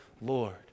Lord